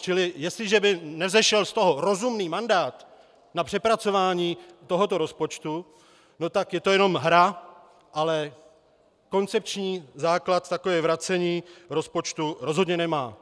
Čili jestliže by z toho nevzešel rozumný mandát na přepracování tohoto rozpočtu, tak je to jenom hra, ale koncepční základ takové vracení rozpočtu rozhodně nemá.